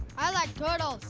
i like turtles.